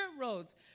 roads